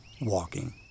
WALKING